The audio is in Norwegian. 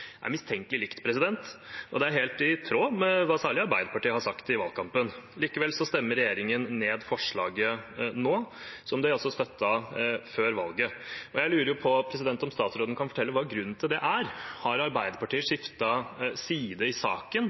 er mistenkelig likt, og det er helt i tråd med hva særlig Arbeiderpartiet har sagt i valgkampen. Likevel stemmer regjeringspartiene nå ned forslaget, som de altså støttet før valget. Jeg lurer på om statsråden kan fortelle hva grunnen til det er. Har Arbeiderpartiet skiftet side i saken?